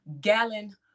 gallon